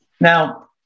Now